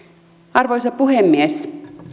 arvoisa puhemies